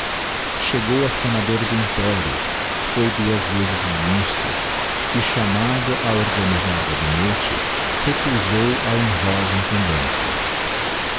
chegou a senador do império foi duas vezes ministro e chamado a organisar gabinete recusou a honrosa incumbência